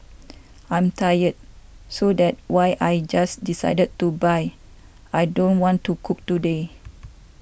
I'm tired so that why I just decided to buy I don't want to cook today